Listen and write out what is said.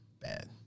bad